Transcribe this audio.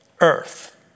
earth